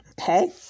Okay